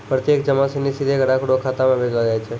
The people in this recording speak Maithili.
प्रत्यक्ष जमा सिनी सीधे ग्राहक रो खातो म भेजलो जाय छै